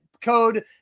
code